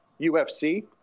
UFC